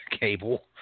Cable